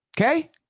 okay